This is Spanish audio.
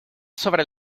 sobre